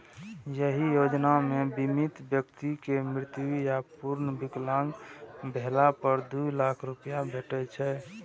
एहि योजना मे बीमित व्यक्ति के मृत्यु या पूर्ण विकलांग भेला पर दू लाख रुपैया भेटै छै